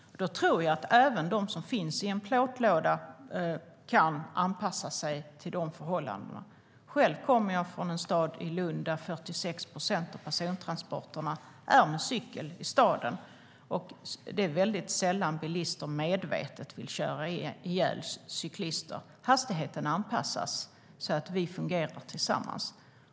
Då tror jag att även de som finns i en plåtlåda kan anpassa sig till förhållandena. Själv kommer jag från Lund, där 46 procent av persontransporterna sker med cykel. Det är väldigt sällan bilister medvetet vill köra ihjäl cyklister, utan hastigheten anpassas så att vi fungerar tillsammans.